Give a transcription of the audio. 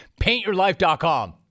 paintyourlife.com